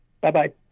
bye-bye